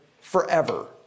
forever